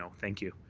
um thank you.